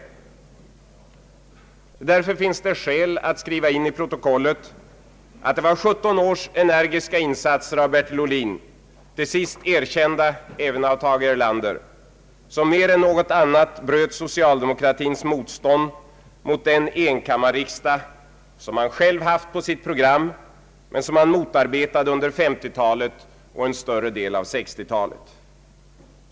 Därför finns det skäl att skriva in i protokollet att det var 17 års energiska insatser av Bertil Ohlin, till sist erkända även av Tage Erlander, som mer än något annat bröt socialdemokratins motstånd mot den enkammarriksdag som man själv haft på sitt program men som man motarbetade under femtiotalet och under en större del av sextiotalet.